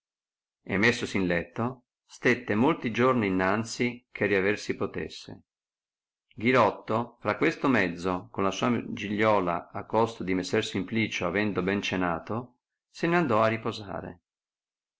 e messosi in letto stette molti giorni innanzi che riaver si potesse ghirotto fra questo mezzo con la sua giliola a costo di messer simplicio avendo ben cenato se ne andò a riposare